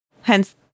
Hence